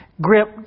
grip